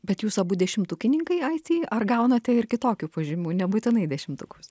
bet jūs abu dešimtukininkai it ar gaunate ir kitokių pažymių nebūtinai dešimtukus